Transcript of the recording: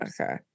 okay